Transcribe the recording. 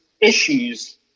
issues